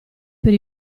per